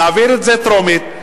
נעביר את זה בקריאה טרומית,